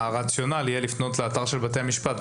הרציונל יהיה לפנות לאתר של בתי-המשפט,